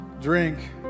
drink